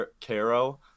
Caro